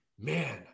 man